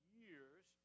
years